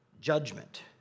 judgment